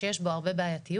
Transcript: שיש בו הרבה בעייתיות,